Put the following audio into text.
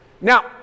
Now